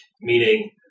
Meaning